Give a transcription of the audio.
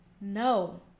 no